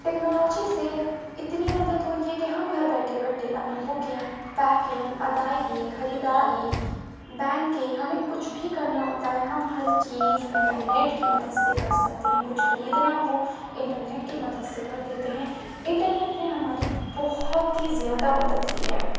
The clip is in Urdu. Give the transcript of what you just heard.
ٹیکنالوجی سے اتنی مدد ہوئی ہے کہ ہم گھر بیٹھے بیٹھے اپنی بکنگ پیکنگ ادائیگی خریداری بینکنگ ہمیں کچھ بھی کرنا ہوتا ہے ہم ہر چیز انٹرنیٹ کی مدد سے کر سکتے ہیں کچھ خریدنا ہو انٹرنیٹ کی مدد سے کر دیتے ہیں انٹرنیٹ نے ہماری بہت ہی زیادہ مدد کی ہے